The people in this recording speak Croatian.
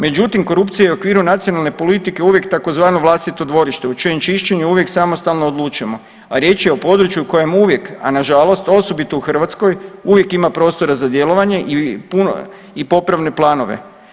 Međutim korupcija je i u okviru nacionalne politike uvijek tzv. vlastito dvorište u čijem čišćenju uvijek samostalno odlučujemo, a riječ je o području u kojem uvijek, a nažalost osobito u Hrvatskoj uvijek ima prostora za djelovanje i popravne planove.